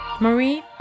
Marie